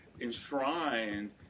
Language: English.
enshrined